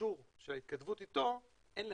שרשור של ההתכתבות אתו ואין לך.